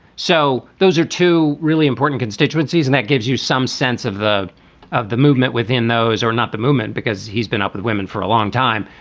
so those are two really important constituencies. and that gives you some sense of the of the movement within. those are not the movement because he's been up with women for a long time.